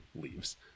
leaves